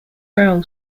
role